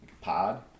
pod